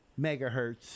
megahertz